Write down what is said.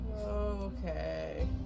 Okay